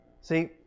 See